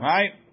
Right